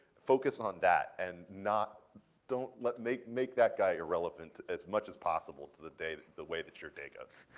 focus on that and not don't let make make that guy irrelevant as much as possible to the day the way that your day goes.